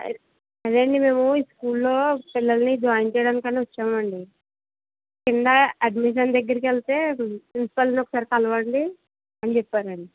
అదేండి మేము ఈ స్కూల్లో పిల్లల్ని జాయిన్ చేయడానికి వచ్చామండి క్రింద అడ్మిషన్ దగ్గరికి వెళ్తే ప్రిన్సిపాల్ని ఒకసారి కలవండి అని చెప్పారండి